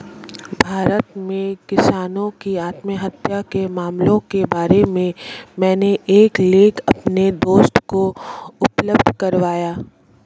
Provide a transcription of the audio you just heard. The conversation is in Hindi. भारत में किसानों की आत्महत्या के मामलों के बारे में मैंने एक लेख अपने दोस्त को उपलब्ध करवाया